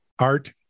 Art